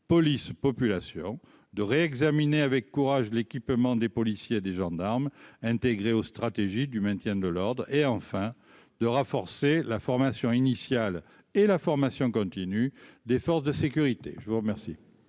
police-population de réexaminer avec courage, l'équipement, des policiers, des gendarmes intégrée aux stratégies du maintien de l'ordre et enfin de renforcer la formation initiale et la formation continue des forces de sécurité, je vous remercie.